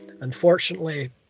unfortunately